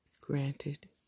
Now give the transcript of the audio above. granted